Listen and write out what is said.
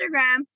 Instagram